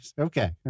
Okay